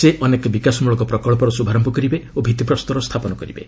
ସେ ଅନେକ ବିକାଶମୂଳକ ପ୍ରକଚ୍ଚର ଶୁଭାରମ୍ଭ କରିବେ ଓ ଭିତ୍ତିପ୍ରସ୍ତର ସ୍ଥାପନ କରିବେ